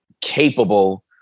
capable